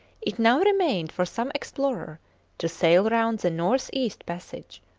it now remained for some explorer to sail round the north-east passage,